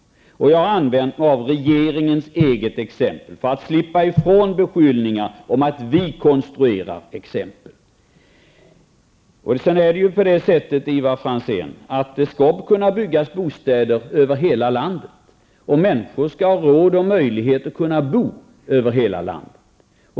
Och jag har använt mig av regeringens eget exempel, för att slippa ifrån beskyllningar att vi konstruerar exempel. Slutligen är det på det sättet, Ivar Franzén, att det skall kunna byggas bostäder över hela landet, och människor skall ha råd och möjlighet att bo över hela landet.